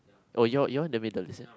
oh y'all y'all never